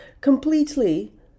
completely